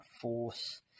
force